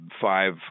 five